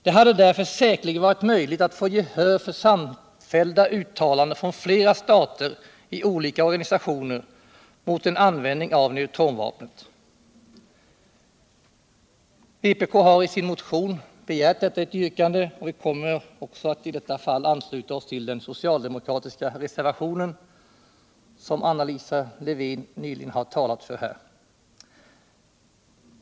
Det hade därför säkerligen varit möjligt att få gehör för samfällda uttalanden från flera stater I olika organisationer mot en användning av neturonvapnet. Vpk har isin motion yrkat på deua, och vi kommer också att i det här fallet ansluta oss till den socialdemokratiska reservationen som Anna Liså Lewén-Eliasson talat för.